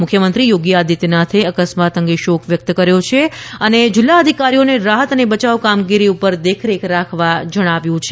મુખ્યમંત્રી યોગી આદિત્યનાથે અકસ્માત અંગે શોક વ્યક્ત કર્યો છે અને જિલ્લા અધિકારીઓને રાહત અને બયાવ કામગીરી પર દેખરેખ રાખવા જણાવ્યું છે